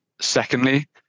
Secondly